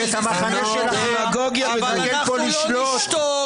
-- ואת המחנה שלכם --- אנחנו לא נשתוק